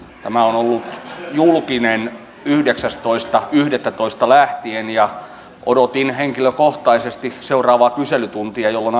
tämä on ollut julkinen yhdeksästoista yhdettätoista lähtien ja odotin henkilökohtaisesti seuraavaa kyselytuntia jolloin